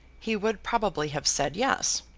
he would probably have said yes,